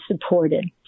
supported